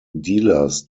dealers